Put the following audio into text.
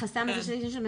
החסם של ההתיישנות,